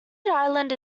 island